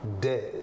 dead